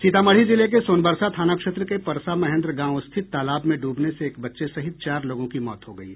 सीतामढ़ी जिले के सोनबरसा थाना क्षेत्र के परसा महेंद्र गांव स्थित तालाब में ड्बने से एक बच्चे सहित चार लोगों की मौत हो गयी